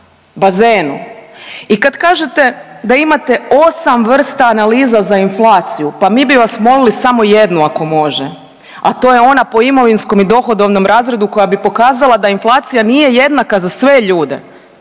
i kad kažete da imate 8 vrsta analiza za inflaciju, pa mi bi vas molili samo jednu ako može, a to je ona po imovinskom i dohodovnom razredu koja bi pokazala da inflacija nije jednaka za sve ljude